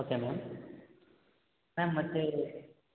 okay ma'am ma'am ಮತ್ತು